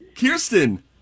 Kirsten